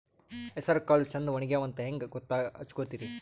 ಹೆಸರಕಾಳು ಛಂದ ಒಣಗ್ಯಾವಂತ ಹಂಗ ಗೂತ್ತ ಹಚಗೊತಿರಿ?